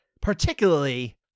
particularly